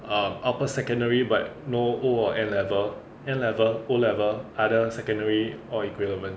um upper secondary but no O or N level N level O level other secondary or equivalent